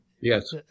Yes